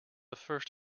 first